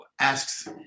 asks